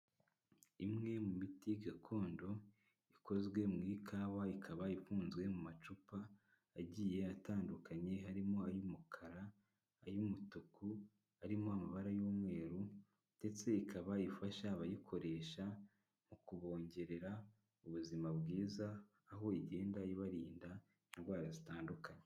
Imwe mu miti gakondo ikozwe mu ikawa ikaba ifunzwe mu macupa, agiye atandukanye harimo ay'umukara, ay'umutuku, harimo amabara y'umweru ndetse ikaba ifasha abayikoresha mu kubongerera ubuzima bwiza, aho igenda ibarinda indwara zitandukanye.